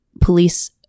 police